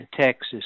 Texas